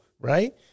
right